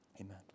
amen